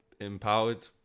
empowered